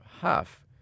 half